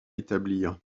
établir